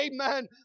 amen